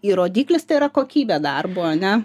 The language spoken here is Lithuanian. ir rodiklis tai yra kokybė darbo ane